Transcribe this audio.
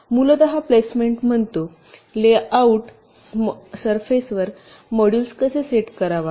मूलत प्लेसमेंट म्हणतो लेआउट सरफेसवर मॉड्यूल्स सेट कसा करावा